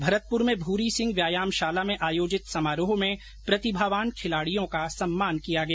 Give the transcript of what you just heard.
भरतपुर में भूरी सिंह व्यायामशाला में आयोजित समारोह में प्रतिभावान खिलाड़ियों का सम्मान किया गया